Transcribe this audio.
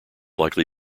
likely